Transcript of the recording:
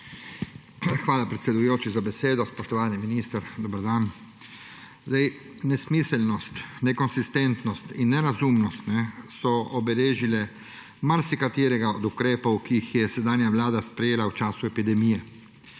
Hvala, predsedujoči, za besedo. Spoštovani minister, dober dan! Nesmiselnost, nekonsistentnost in nerazumnost so obeležile marsikaterega od ukrepov, ki jih je sedanja vlada sprejela v času epidemije.